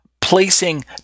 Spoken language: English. placing